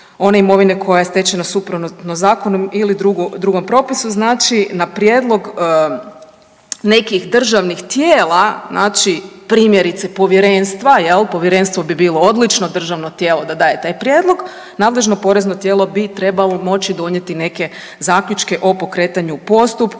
one imovine koja je stečena suprotno zakonu ili drugom propisu. Znači na prijedlog nekih državnih tijela znači primjerice Povjerenstva. Povjerenstvo bi bilo odlično državno tijelo da daje taj prijedlog, nadležno porezno tijelo bi trebalo moći donijeti neke zaključke o pokretanju postupka,